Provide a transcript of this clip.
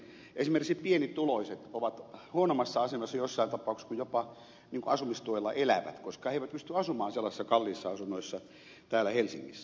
esimerkiksi pienituloiset ovat huonommassa asemassa jossain tapauksessa kuin jopa asumistuella elävät koska he eivät pysty asumaan sellaisissa kalliissa asunnoissa täällä helsingissä